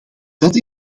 dat